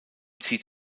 zieht